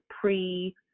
pre